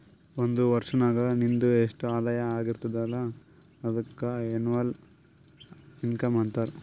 ಒಂದ್ ವರ್ಷನಾಗ್ ನಿಂದು ಎಸ್ಟ್ ಆದಾಯ ಆಗಿರ್ತುದ್ ಅಲ್ಲ ಅದುಕ್ಕ ಎನ್ನವಲ್ ಇನ್ಕಮ್ ಅಂತಾರ